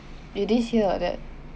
you didn't hear like that